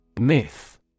Myth